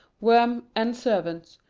worm, and servants,